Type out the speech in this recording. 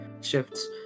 shifts